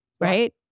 right